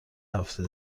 هفته